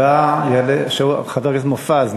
הבא, חבר הכנסת מופז.